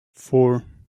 four